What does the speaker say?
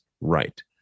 right